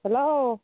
hello